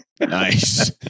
Nice